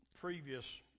previous